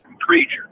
Creature